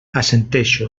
assenteixo